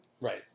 Right